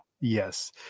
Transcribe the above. yes